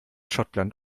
schottland